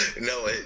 No